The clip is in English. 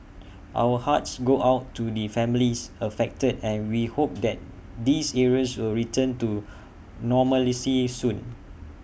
our hearts go out to the families affected and we hope that these areas will return to normalcy soon